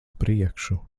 priekšu